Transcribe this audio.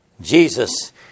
Jesus